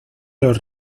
los